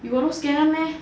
you got no scanner meh